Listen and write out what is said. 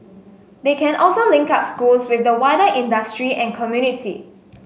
they can also link up schools with the wider industry and community